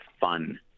fun